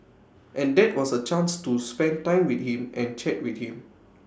and that was A chance to spend time with him and chat with him